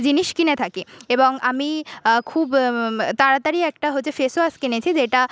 জিনিস কিনে থাকি এবং আমি খুব তাড়াতাড়ি একটা হচ্ছে ফেসওয়াশ কিনেছি যেটা